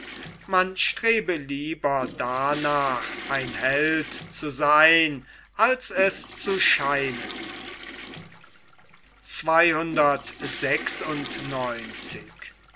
man strebe lieber danach ein held zu seyn als es zu scheinen